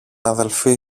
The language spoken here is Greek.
αδελφή